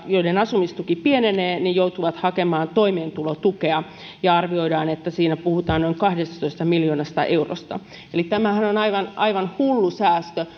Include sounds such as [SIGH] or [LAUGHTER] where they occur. joiden asumistuki pienenee joutuvat sitten hakemaan toimeentulotukea ja arvioidaan että siinä puhutaan noin kahdestatoista miljoonasta eurosta tämähän on aivan aivan hullu säästö [UNINTELLIGIBLE]